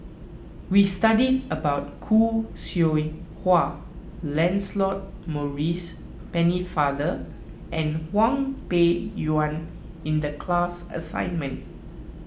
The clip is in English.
we studied about Khoo Seow Hwa Lancelot Maurice Pennefather and Hwang Peng Yuan in the class assignment